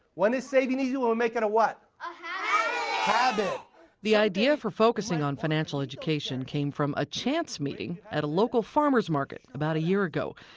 when is saving easy? when we make it a what? a ah habit the idea for focusing on financial education came from a chance meeting at a local farmers' market about a year ago.